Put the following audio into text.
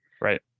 right